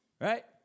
Right